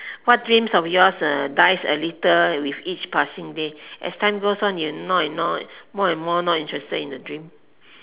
what dreams of yours uh dies a little with each passing day as time goes on you more and more you more and more not interested in the dream